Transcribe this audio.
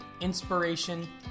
inspiration